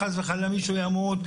שחס וחלילה מישהו ימות,